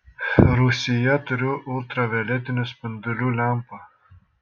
rūsyje turiu ultravioletinių spindulių lempą